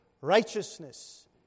righteousness